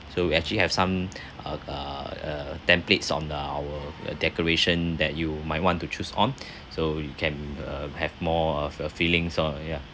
so we actually have some uh uh uh templates on our uh decoration that you might want to choose on so you can uh have more uh f~ feelings lor ya